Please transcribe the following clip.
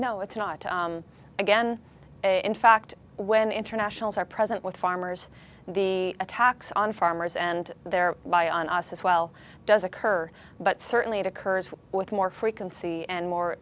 no it's not again in fact when internationals are present with farmers the attacks on farmers and their lie on us as well does occur but certainly it occurs with more frequency and more